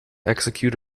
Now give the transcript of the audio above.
execute